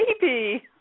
baby